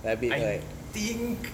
I think